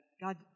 God